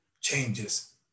changes